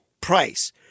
price